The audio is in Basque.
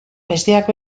besteak